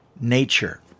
nature